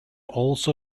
also